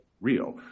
real